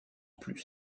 plus